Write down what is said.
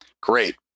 Great